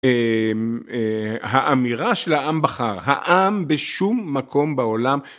האמירה של העם בחר, העם בשום מקום בעולם